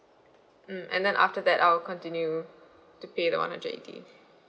mm and then after that I'll continue to pay the one hundred eighty